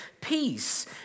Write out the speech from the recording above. Peace